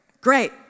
great